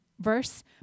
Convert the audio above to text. verse